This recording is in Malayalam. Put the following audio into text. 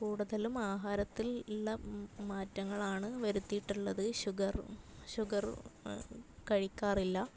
കൂടുതലും ആഹാരത്തിൽ ഉള്ള മാറ്റങ്ങളാണ് വരുത്തീട്ടുള്ളത് ഷുഗർ ഷുഗർ കഴിക്കാറില്ല